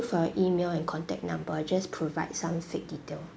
for your email and contact number just provide some fake detail